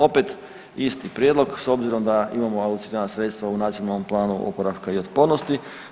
Opet isti prijedlog s obzirom da imamo alocirana sredstva u Nacionalnom planu oporavka i otpornosti.